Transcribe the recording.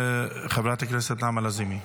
חברת הכנסת נעמה לזימי,